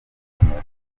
gukomera